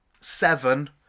Seven